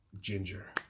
Ginger